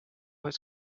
his